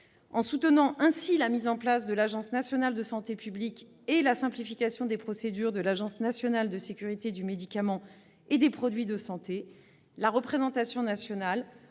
En soutenant ainsi la mise en place de l'Agence nationale de santé publique et la simplification des procédures de l'Agence nationale de sécurité du médicament et des produits de santé, la représentation nationale